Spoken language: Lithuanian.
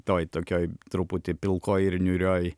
toj tokioj truputį pilkoj ir niūrioj